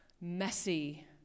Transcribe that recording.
messy